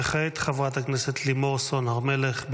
וכעת חברת הכנסת לימור סון הר מלך.